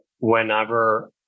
whenever